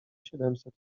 siedemset